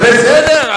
בסדר,